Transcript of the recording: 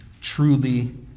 truly